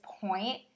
point